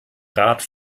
rat